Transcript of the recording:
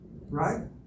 right